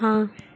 हाँ